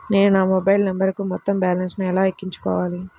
నేను నా మొబైల్ నంబరుకు మొత్తం బాలన్స్ ను ఎలా ఎక్కించుకోవాలి?